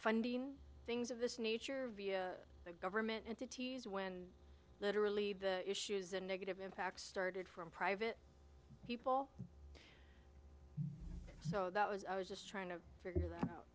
funding things of this nature via the government entities when literally the issues and negative impacts started from private people so that was i was just trying to figure that